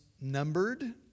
numbered